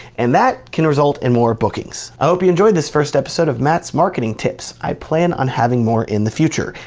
and that can result in more bookings. i hope you enjoyed this first episode of matt's marketing tips. i plan on having more in the future.